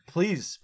Please